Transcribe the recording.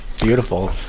Beautiful